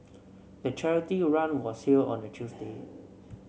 the charity run was held on a Tuesday